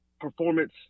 performance